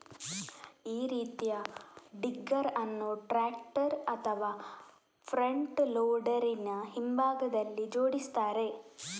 ಈ ರೀತಿಯ ಡಿಗ್ಗರ್ ಅನ್ನು ಟ್ರಾಕ್ಟರ್ ಅಥವಾ ಫ್ರಂಟ್ ಲೋಡರಿನ ಹಿಂಭಾಗದಲ್ಲಿ ಜೋಡಿಸ್ತಾರೆ